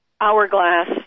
hourglass